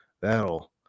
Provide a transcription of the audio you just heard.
That'll